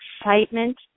excitement